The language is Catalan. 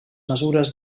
mesures